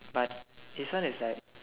but this one is like